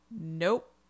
Nope